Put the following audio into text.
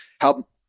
help